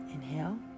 Inhale